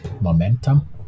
momentum